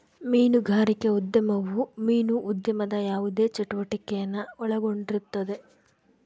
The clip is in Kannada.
ಮೀನುಗಾರಿಕೆ ಉದ್ಯಮವು ಮೀನು ಉದ್ಯಮದ ಯಾವುದೇ ಚಟುವಟಿಕೆನ ಒಳಗೊಂಡಿರುತ್ತದೆ